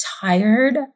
tired